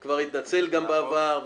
הוא כבר התנצל בעבר,